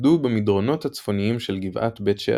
התמקדו במדרונות הצפוניים של גבעת בית שערים.